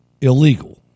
illegal